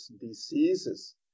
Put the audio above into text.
diseases